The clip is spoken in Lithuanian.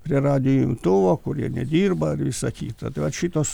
prie radijo imtuvo kurie nedirba ir visa kita tai vat šitos